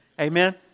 Amen